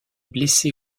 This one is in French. blessé